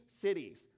cities